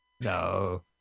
No